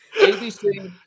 ABC